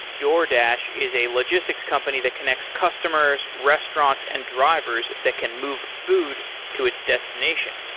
doordash is a logistics company that connects customers, restaurants and drivers that can move food to its destination.